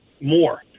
more